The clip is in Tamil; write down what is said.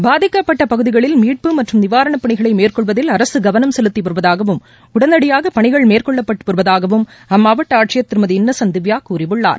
பாதிக்கப்பட்ட பகுதிகளில் மீட்பு மற்றும் நிவாரணப் பணிகளை மேற்கொள்வதில் அரசு கவனம் செலுத்தி வருவதாகவும் உடனடியாக பணிகள் மேற்கொள்ளப்பட்டு வருவதாகவும் அம்மாவட்ட ஆட்சியர் திருமதி இன்னோசன்ட் திவ்யா கூறியுள்ளார்